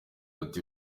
ati